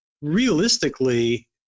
realistically